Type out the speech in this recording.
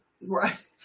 Right